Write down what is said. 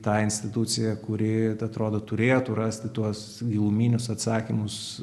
tą instituciją kuri atrodo turėtų rasti tuos giluminius atsakymus